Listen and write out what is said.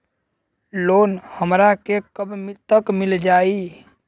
Loan हमरा के कब तक मिल जाई?